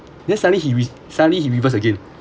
then suddenly he re~ suddenly he reverse again